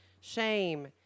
shame